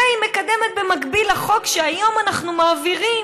את זה היא מקדמת במקביל לחוק שהיום אנחנו מעבירים,